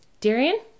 Darian